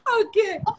Okay